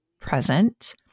present